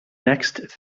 next